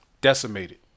Decimated